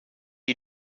you